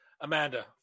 Amanda